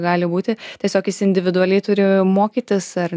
gali būti tiesiog jis individualiai turi mokytis ar